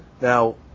Now